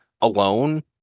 alone